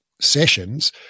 sessions